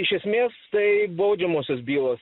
iš esmės tai baudžiamosios bylos